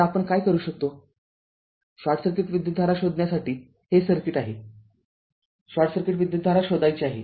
तरआपण काय करू शकतो शॉर्ट सर्किट विद्युतधारा शोधण्यासाठी हे सर्किट आहे शॉर्ट सर्किट विद्युतधारा शोधायची आहे